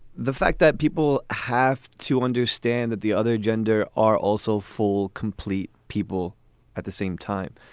the fact that people have to understand that the other gender are also full complete people at the same time.